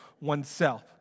oneself